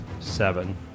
Seven